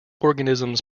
organisms